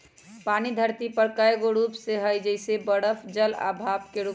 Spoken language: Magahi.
पानी धरती पर कए गो रूप में हई जइसे बरफ जल आ भाप के रूप में